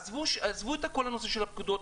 עזבו את כל הנושא של הפקודות,